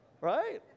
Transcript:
Right